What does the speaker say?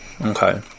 Okay